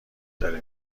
داره